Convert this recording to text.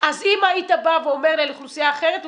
אז אם היית בא ואומר לי על אוכלוסייה אחרת,